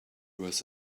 was